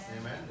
Amen